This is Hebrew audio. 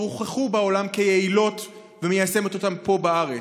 הוכחו בעולם כיעילות ומיישמת אותן פה בארץ,